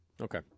Okay